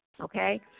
Okay